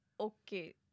okay